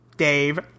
Dave